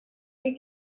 could